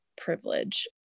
privilege